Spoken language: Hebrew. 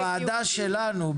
בוועדה שלנו,